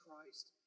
Christ